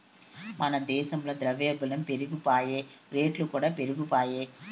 మన దేశంల ద్రవ్యోల్బనం పెరిగిపాయె, రేట్లుకూడా పెరిగిపాయె